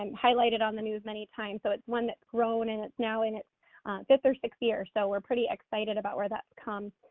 um highlighted on the news many times. so it's one that grown and it's now in its fifth or sixth year, so we're pretty excited about where that's come.